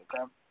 Okay